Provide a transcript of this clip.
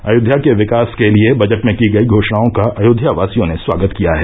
अयोध्या के विकास के लिये बजट में की गयी घोषणाओं का अयोध्यावासियों ने स्वागत किया है